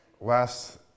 Last